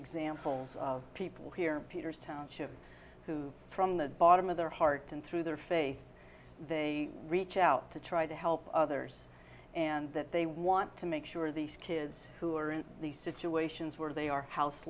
examples of people here peters township who from the bottom of their heart and through their faith they reach out to try to help others and that they want to make sure these kids who are in these situations where they are house